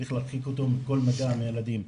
צריך להרחיק אותו מכל מגע מהילדים.